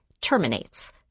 terminates